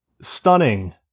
stunning